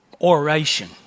oration